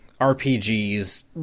RPGs